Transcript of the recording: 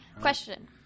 Question